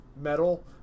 metal